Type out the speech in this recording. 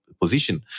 position